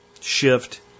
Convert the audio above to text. shift